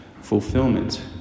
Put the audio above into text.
Fulfillment